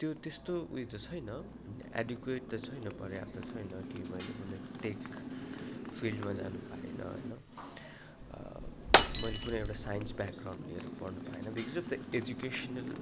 त्यो त्यस्तो उयो त छैन एडिक्वेट त छैन पर्याप्त छैन कि मैले कुनै टेक फिल्डमा जानु पाएन होइन मैले कुनै एउटा साइन्स ब्याक ग्राउन्ड लिएर पढ्नु पाएन बिकाउज अब् द एजुकेसनल